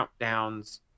countdowns